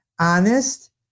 Honest